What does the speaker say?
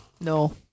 No